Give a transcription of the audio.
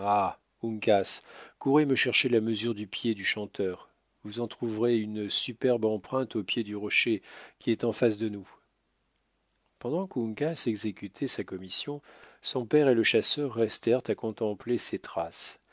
uncas courez me chercher la mesure du pied du chanteur vous en trouverez une superbe empreinte au pied du rocher qui est en face de nous pendant qu'uncas exécutait sa commission son père et le chasseur restèrent à contempler ces traces